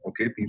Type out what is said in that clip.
Okay